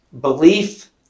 belief